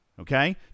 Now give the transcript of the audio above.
okay